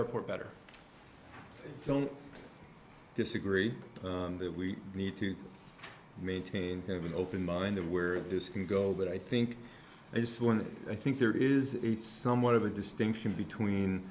report better i don't disagree that we need to maintain have an open mind of where this can go but i think it's one that i think there is somewhat of a distinction between